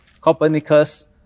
Copernicus